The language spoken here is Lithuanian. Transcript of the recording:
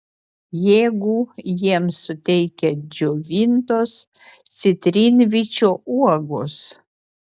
jėgų jiems suteikia džiovintos citrinvyčio uogos